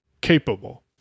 capable